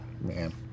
man